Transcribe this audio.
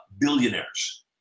billionaires